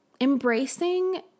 embracing